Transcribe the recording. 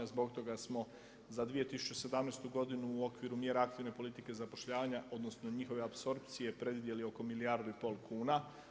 Zbog toga smo za 2017. godinu u okviru mjere aktivne politike zapošljavanja odnosno njihove apsorpcije predvidjeli oko milijardu i pol kuna.